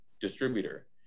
distributor